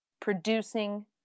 producing